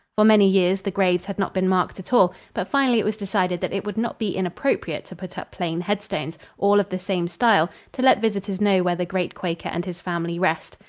for many years the graves had not been marked at all, but finally it was decided that it would not be inappropriate to put up plain headstones, all of the same style, to let visitors know where the great quaker and his family rest.